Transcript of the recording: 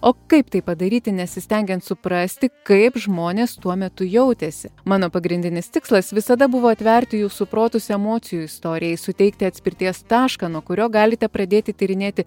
o kaip tai padaryti nesistengiant suprasti kaip žmonės tuo metu jautėsi mano pagrindinis tikslas visada buvo atverti jūsų protus emocijų istorijai suteikti atspirties tašką nuo kurio galite pradėti tyrinėti